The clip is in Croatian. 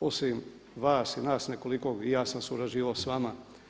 osim vas i nas nekoliko, i ja sam surađivao s vama.